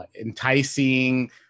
Enticing